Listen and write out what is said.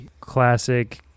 classic